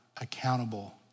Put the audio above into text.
accountable